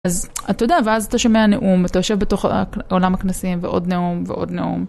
אז אתה יודע, ואז אתה שומע נאום, אתה יושב בתוך עולם הכנסים ועוד נאום ועוד נאום.